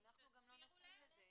אנחנו גם לא נסכים לזה,